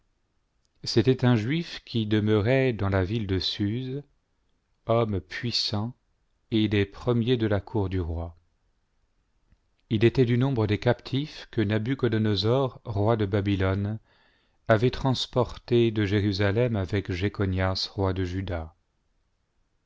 c'était un juif qui demeurait cfans la ville de suse homme puissant et des premiers de la cour du roi il était du nombre des captifs que nabuchodonosor roi de babylone avait transportés de jérusalem avec jéchonias roi de juda